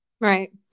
Right